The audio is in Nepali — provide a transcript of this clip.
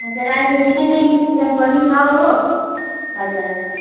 हजुर अहिले फेरि रेनी सिजन पनि छ हो हजुर हजुर